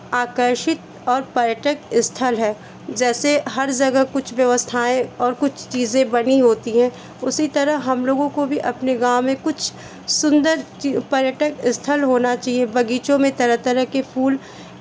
आकर्षित और पर्यटक स्थल है जैसे हर ज़गह कुछ व्यवस्थाएँ और कुछ चीज़ें बनी होती हैं उसी तरह हम लोगों को भी अपने गाँव में कुछ सुंदर पर्यटक स्थल होना चाहिए बगीचों में तरह तरह के फूल